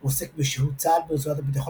הוא עוסק בשהות צה"ל ברצועת הביטחון